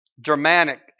Germanic